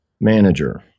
manager